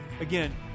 again